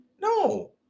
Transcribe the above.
No